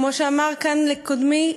כמו שאמר כאן קודמי,